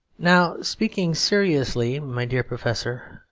now speaking seriously, my dear professor,